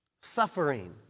suffering